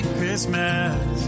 Christmas